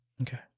Okay